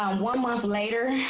um one months later,